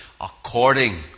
according